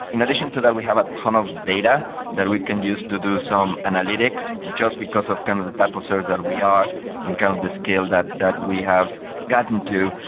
in addition to that, we have a ton of data that we can use to do some analytics just because of kind of the top or service that we are and kind of the scale that that we have gotten to.